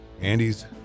Andy's